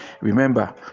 Remember